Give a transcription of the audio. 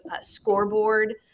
scoreboard